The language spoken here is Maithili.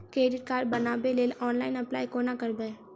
क्रेडिट कार्ड बनाबै लेल ऑनलाइन अप्लाई कोना करबै?